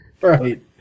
Right